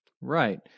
Right